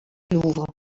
louvre